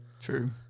True